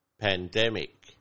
pandemic